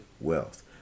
wealth